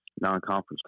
non-conference